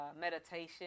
meditation